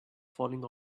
falling